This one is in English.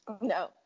no